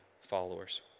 followers